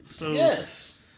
Yes